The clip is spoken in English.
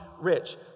rich